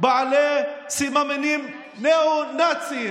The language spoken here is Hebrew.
בעלי סממנים ניאו-נאציים.